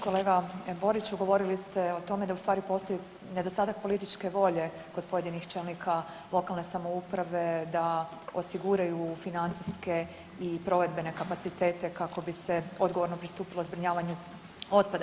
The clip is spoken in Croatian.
Kolega Boriću, govorili ste o tome da u stvari postoji nedostatak političke volje kod pojedinih čelnika lokalne samouprave da osiguraju financijske i provedbene kapacitete kako bi se odgovorno pristupilo zbrinjavanju otpada.